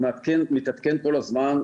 הוא מתעדכן כל הזמן,